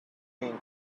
mean